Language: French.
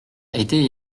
été